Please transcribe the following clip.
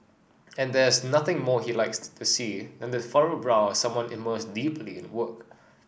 and there's nothing more he likes to see than the furrowed brow of someone immersed deeply in work